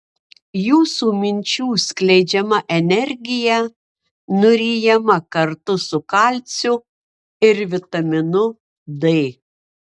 jūsų minčių skleidžiama energija nuryjama kartu su kalciu ir vitaminu d